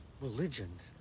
religions